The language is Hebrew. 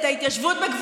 כן,